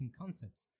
concepts